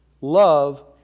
love